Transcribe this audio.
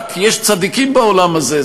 רק יש צדיקים בעולם הזה,